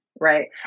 right